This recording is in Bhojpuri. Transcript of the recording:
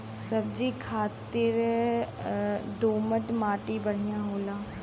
सब्जी खातिर दोमट मट्टी बढ़िया होला